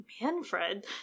Manfred